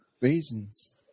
reasons